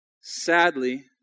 Sadly